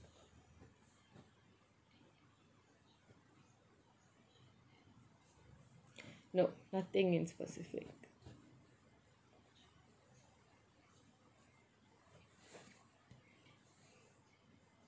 nope nothing in specific